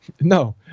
No